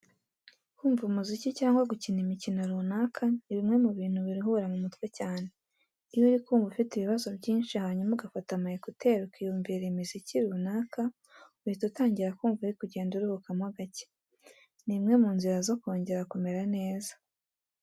Kumva umuziki cyangwa gukina imikino runaka ni bimwe mu bintu biruhura mu mutwe cyane. Iyo uri kumva ufite ibibazo byinshi hanyuma ugafata ama ekuteri ukiyumvira imiziki runaka uhita utangira kumva uri kugenda uruhukamo gake. Ni imwe mu nzira zo kongera kumera neza.